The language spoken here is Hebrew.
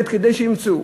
כדי שימצאו.